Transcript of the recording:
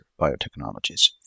biotechnologies